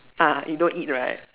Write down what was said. ah you don't eat right